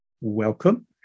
Welcome